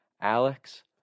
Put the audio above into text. Alex